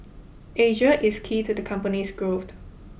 Asia is key to the company's growth